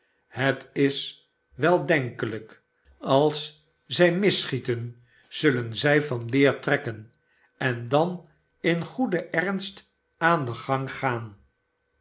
het is wel denkelijk als zij misschieten zullen zij van leer trekken en dan in goeden ernst aan den gang aan